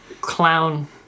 clown